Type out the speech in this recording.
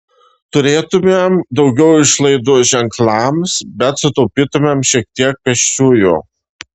turėtumėm daugiau išlaidų ženklams bet sutaupytumėm šiek tiek pėsčiųjų